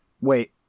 Wait